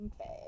Okay